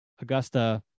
Augusta